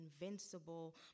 invincible